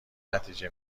نتیجه